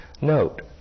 note